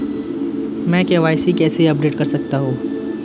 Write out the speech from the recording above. मैं के.वाई.सी कैसे अपडेट कर सकता हूं?